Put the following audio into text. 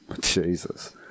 Jesus